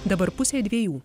dabar pusė dviejų